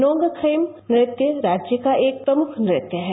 नोंग्रफ्रेम नृत्य राज्य का एक प्रमुख नृत्य है